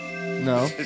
no